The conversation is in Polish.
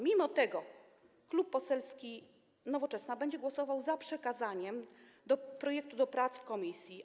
Mimo to Klub Poselski Nowoczesna będzie głosował za przekazaniem projektu do prac w komisji.